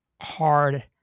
hard